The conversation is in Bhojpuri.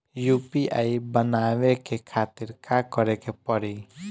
यू.पी.आई बनावे के खातिर का करे के पड़ी?